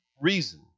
reason